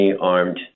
armed